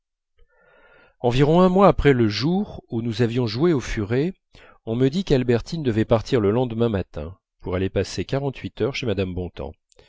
environ un mois après le jour où nous avions joué au furet on me dit qu'albertine devait partir le lendemain matin pour aller passer quarante-huit heures chez mme bontemps